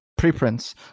preprints